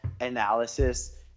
analysis